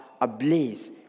ablaze